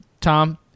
tom